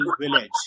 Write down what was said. village